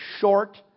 short